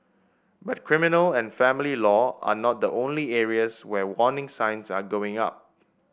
but criminal and family law are not the only areas where warning signs are going up